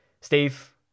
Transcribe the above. Steve